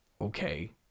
Okay